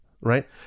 right